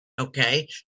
Okay